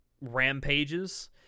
rampages